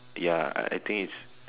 ya I think is